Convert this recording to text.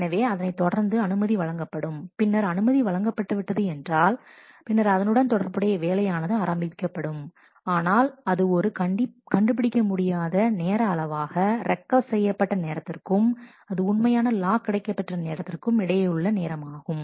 எனவே அதனை தொடர்ந்து அனுமதி வழங்கப்படும் பின்னர் அனுமதி வழங்கப்பட்டு விட்டது என்றால் பின்னர் அதனுடன் தொடர்புடைய வேலையானது ஆரம்பிக்கப்படும் ஆனால் அது ஒரு கண்டுபிடிக்க முடியாத நேர அளவாக ரெக்கோஸ்ட் செய்யப்பட்ட நேரத்திற்கும் அது உண்மையாக லாக் கிடைக்கப்பெற்ற நேரத்திற்கும் இடையேயுள்ள நேரம் ஆகும்